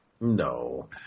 No